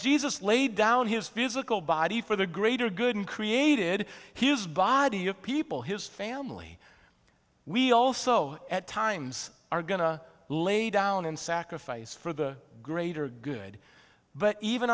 jesus laid down his physical body for the greater good and created his body of people his family we also at times are going to lay down and sacrifice for the greater good but even